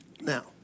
Now